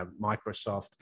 Microsoft